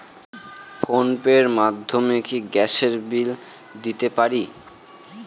Phone pay র মাধ্যমে কি গ্যাসের বিল দিতে পারি?